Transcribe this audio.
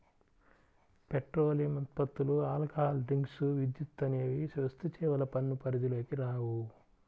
petroleum ఉత్పత్తులు, alcohol drinks, విద్యుత్ అనేవి వస్తుసేవల పన్ను పరిధిలోకి రావు